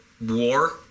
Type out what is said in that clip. war